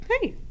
Hey